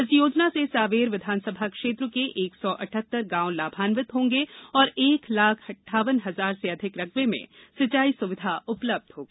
इस योजना से सांवेर विधानसभा क्षेत्र के एक सौ अठहत्तर गांव लाभान्वित होंगे और एक लाख अट्ठावन हजार से अधिक रकबे में सिचाई सुविधा उपलब्ध होगी